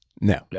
No